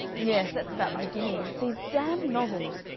yes. that's about the beginning. it's these damned novels.